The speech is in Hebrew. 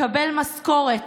לקבל משכורת